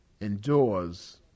endures